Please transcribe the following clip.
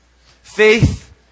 Faith